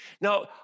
Now